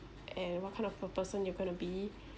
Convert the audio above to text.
and what kind of per~ person you going to be